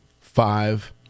five